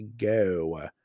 go